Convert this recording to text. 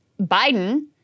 Biden-